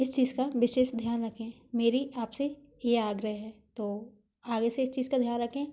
इस चीज का विशेष ध्यान रखें मेरी आपसे ये आग्रह है तो आगे से इस चीज का ध्यान रखें